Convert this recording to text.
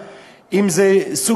אם זו פעם שנייה,